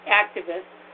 activists